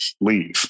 leave